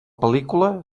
pel·lícula